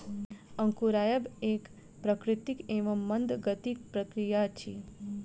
अंकुरायब एक प्राकृतिक एवं मंद गतिक प्रक्रिया अछि